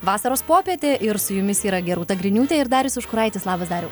vasaros popietė ir su jumis yra gerūta griniūtė ir darius užkuraitis labas dariau